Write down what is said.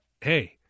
hey